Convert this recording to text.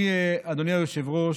אני, אדוני היושב-ראש,